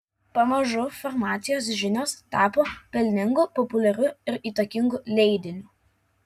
pamažu farmacijos žinios tapo pelningu populiariu ir įtakingu leidiniu